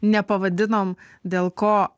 nepavadinom dėl ko